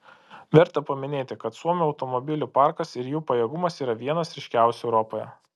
verta paminėti kad suomių automobilių parkas ir jų pajėgumas yra vienas ryškiausių europoje